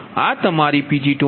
તો આ તમારી Pg2min છે